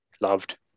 loved